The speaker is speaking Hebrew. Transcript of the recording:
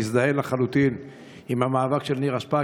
אני מזדהה לחלוטין עם המאבק של נירה שפק,